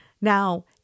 now